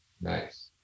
Nice